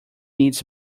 needs